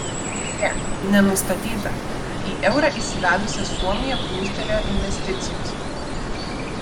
beje nenustatyta kad į eurą įsivedusią suomiją plūstelėjo investicijos